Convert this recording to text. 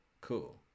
cool